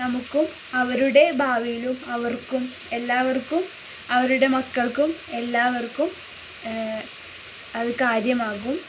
നമുക്കും അവരുടെ ഭാവിയിലും അവർക്കും എല്ലാവർക്കും അവരുടെ മക്കൾക്കും എല്ലാവർക്കും അതു കാര്യമാകും